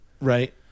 Right